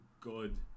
good